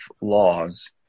laws